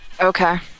Okay